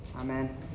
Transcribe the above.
amen